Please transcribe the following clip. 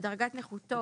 שדרגת נכותו